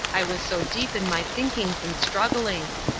i was so deep in my thinkings and strugglings.